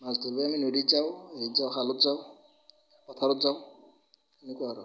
মাছ ধৰিব আমি নদীত যাওঁ নদীত যাওঁ খালত যাওঁ পথাৰত যাওঁ এনেকুৱা আৰু